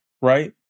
Right